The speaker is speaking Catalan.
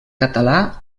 català